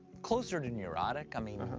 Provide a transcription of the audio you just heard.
closer to neurotic. i mean.